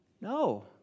No